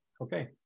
Okay